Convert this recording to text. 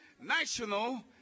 national